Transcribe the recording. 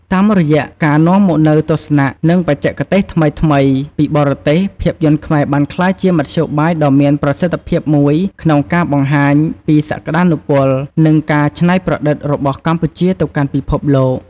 តាមរយៈការនាំមកនូវទស្សនៈ និងបច្ចេកទេសថ្មីៗ ពីបរទេស ភាពយន្តខ្មែរបានក្លាយជា មធ្យោបាយដ៏មានប្រសិទ្ធភាពមួយក្នុងការបង្ហាញពីសក្តានុពល និងការច្នៃប្រឌិតរបស់កម្ពុជាទៅកាន់ពិភពលោក។